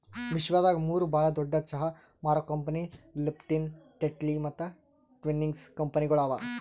ವಿಶ್ವದಾಗ್ ಮೂರು ಭಾಳ ದೊಡ್ಡು ಚಹಾ ಮಾರೋ ಕಂಪನಿ ಲಿಪ್ಟನ್, ಟೆಟ್ಲಿ ಮತ್ತ ಟ್ವಿನಿಂಗ್ಸ್ ಕಂಪನಿಗೊಳ್ ಅವಾ